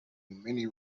many